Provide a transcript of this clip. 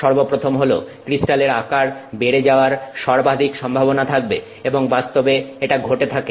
সর্বপ্রথম হল ক্রিস্টালটির আকারে বেড়ে যাওয়ার সর্বাধিক সম্ভাবনা থাকবে এবং বাস্তবে এটা ঘটে থাকে